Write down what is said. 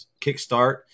kickstart